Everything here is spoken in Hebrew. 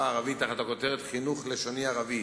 הערבית תחת הכותרת "חינוך לשוני ערבי,